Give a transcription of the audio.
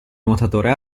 nuotatore